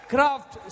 Craft